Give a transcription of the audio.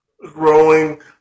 growing